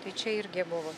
tai čia irgi buvo